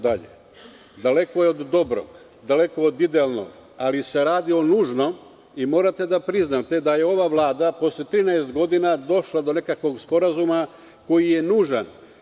Daleko je od dobrog, daleko je od idealnog, ali se radi nužno i morate da priznate da je ova Vlada posle 13 godina došla do nekakvog sporazuma koji je nužan.